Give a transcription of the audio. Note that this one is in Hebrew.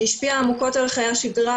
שהשפיעה עמוקות על חיי השגרה,